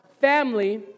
family